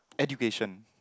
education